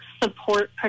Support